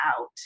out